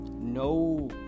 no